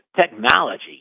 technology